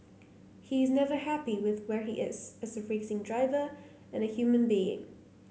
he is never happy with where he is as a racing driver and a human being